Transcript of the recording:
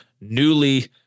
newly